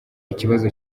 ikibazo